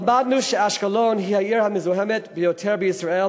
למדנו שאשקלון היא העיר המזוהמת ביותר בישראל,